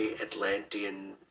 Atlantean